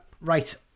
Right